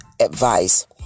advice